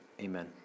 Amen